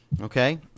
Okay